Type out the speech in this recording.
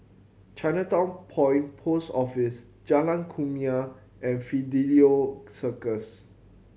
Chinatown Point Post Office Jalan Kumia and Fidelio Circus